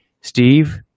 Steve